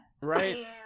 Right